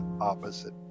opposite